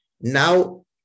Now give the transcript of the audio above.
Now